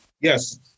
Yes